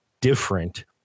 different